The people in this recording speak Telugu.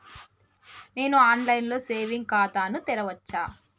నేను ఆన్ లైన్ లో సేవింగ్ ఖాతా ను తెరవచ్చా?